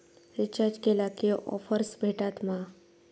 Recharge केला की offers भेटात मा?